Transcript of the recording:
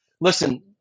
listen